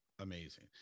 Amazing